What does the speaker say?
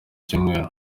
cyumweru